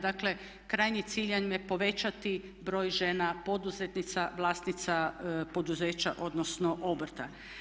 Dakle, krajnji cilj im je povećati broj žena poduzetnica, vlasnica poduzeća, odnosno obrta.